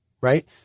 right